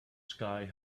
sky